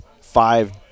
five